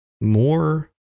more